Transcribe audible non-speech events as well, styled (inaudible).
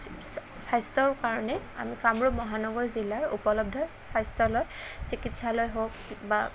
(unintelligible) স্বাস্থ্য়ৰ কাৰণে আমি কামৰূপ মহানগৰ জিলাৰ উপলব্ধ স্বাস্থ্য়লয়ত চিকিৎসালয় হওক বা